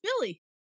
Billy